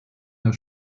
der